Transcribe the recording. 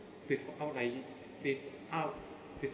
without like without